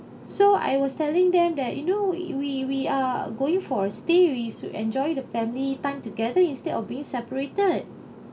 so I was telling them that you know we we are going for a stay we'd to enjoy the family time together instead of being separated